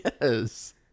Yes